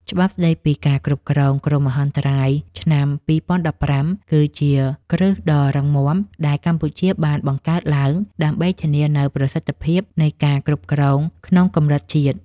ច្បាប់ស្តីពីការគ្រប់គ្រងគ្រោះមហន្តរាយឆ្នាំ ២០១៥ គឺជាគ្រឹះដ៏រឹងមាំដែលកម្ពុជាបានបង្កើតឡើង ដើម្បីធានានូវប្រសិទ្ធភាពនៃការគ្រប់គ្រងក្នុងកម្រិតជាតិ។